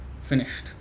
finished